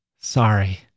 Sorry